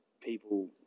people